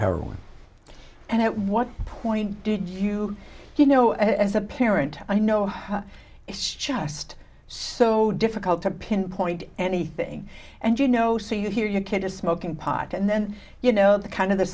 heroin and at what point did you you know as a parent i know how it's just so difficult to pinpoint anything and you know so you hear your kid is smoking pot and then you know the kind of the